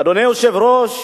אדוני היושב-ראש,